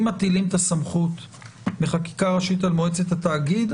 אם מטילים את הסמכות בחקיקה ראשית על מועצת התאגיד,